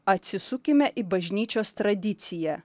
atsisukime į bažnyčios tradiciją